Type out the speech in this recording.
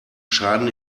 schaden